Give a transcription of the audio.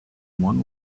one